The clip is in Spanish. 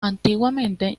antiguamente